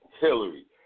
Hillary